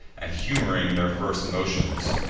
and humoring their first motions,